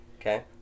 Okay